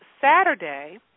Saturday